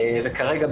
כרגע,